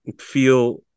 feel